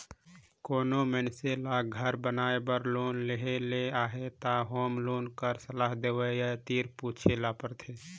कोनो मइनसे ल घर बनाए बर लोन लेहे ले अहे त होम लोन कर सलाह देवइया तीर पूछे ल परथे